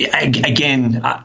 again